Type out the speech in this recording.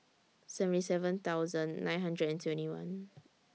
seventy seven thousand nine hundred and twenty one